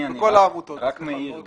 אני לא מסכים עם זה.